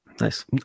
Nice